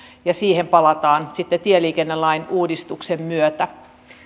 ja siihen palataan sitten tieliikennelain uudistuksen myötä